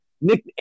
Nick